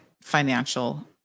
financial